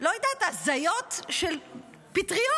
לא יודעת, הזיות של פטריות.